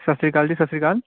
ਸਤਿ ਸ਼੍ਰੀ ਅਕਾਲ ਜੀ ਸਤਿ ਸ਼੍ਰੀ ਅਕਾਲ